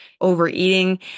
overeating